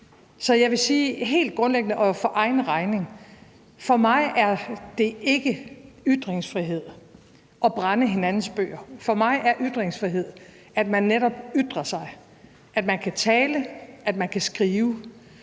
Så jeg vil sige helt grundlæggende og for egen regning: For mig er det ikke ytringsfrihed at brænde andres bøger. For mig er ytringsfrihed, at man netop kan ytre sig, at man kan tale, at man kan skrive.